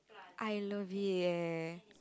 I love it eh